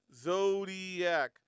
Zodiac